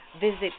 Visit